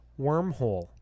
wormhole